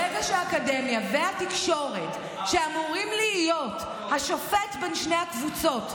האקדמיה והתקשורת אמורות להיות השופט בין שתי הקבוצות,